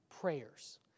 prayers